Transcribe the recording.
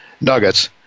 nuggets